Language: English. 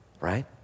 right